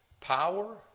power